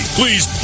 Please